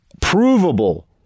provable